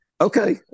Okay